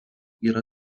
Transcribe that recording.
yra